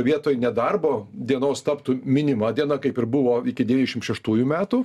vietoj nedarbo dienos taptų minima diena kaip ir buvo iki devyniasdešimt šeštųjų metų